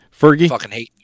fergie